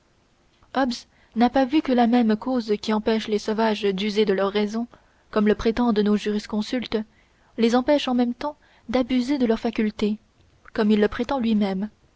n'a pas vu que la même cause qui empêche les sauvages d'user de leur raison comme le prétendent nos jurisconsultes les empêche en même temps d'abuser de leurs facultés comme il le prétend lui-même